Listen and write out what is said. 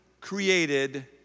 created